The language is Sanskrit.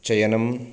चयनम्